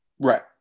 right